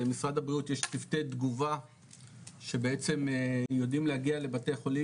למשרד הבריאות יש צוותי תגובה שבעצם יודעים להגיע לבתי חולים,